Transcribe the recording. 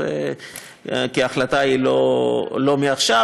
כי ההחלטה היא לא מעכשיו,